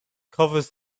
covers